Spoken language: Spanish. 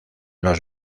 los